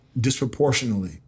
disproportionately